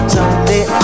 Someday